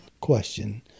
question